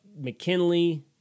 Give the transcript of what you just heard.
McKinley